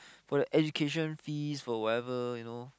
for the education fees for whatever you know